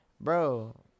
bro